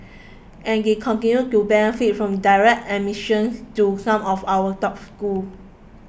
and they continue to benefit from direct admissions to some of our top schools